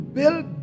build